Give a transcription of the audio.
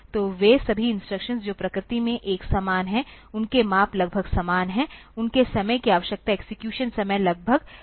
तो वे सभी इंस्ट्रक्शंस जो प्रकृति में एक समान हैं उनके माप लगभग समान हैं उनके समय की आवश्यकता एक्सेक्यूशन समय लगभग समान हैं